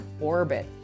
orbit